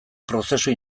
prozesu